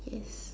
yes